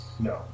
No